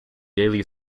daily